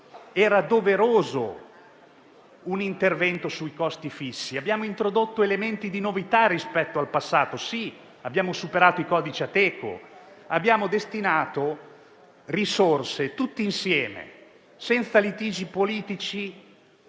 Era doveroso un intervento sui costi fissi. Abbiamo introdotto elementi di novità rispetto al passato: abbiamo superato i codici Ateco; tutti insieme e senza litigi politici